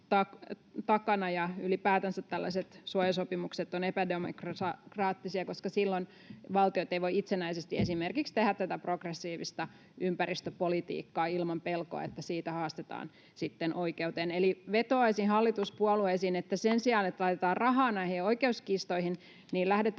takana, ja ylipäätänsä tällaiset suojasopimukset ovat epädemokraattisia, koska silloin valtiot eivät voi itsenäisesti esimerkiksi tehdä tätä progressiivista ympäristöpolitiikkaa ilman pelkoa, että siitä haastetaan sitten oikeuteen. Eli vetoaisin hallituspuolueisiin, että sen sijaan, että laitetaan rahaa näihin oikeuskiistoihin, lähdetään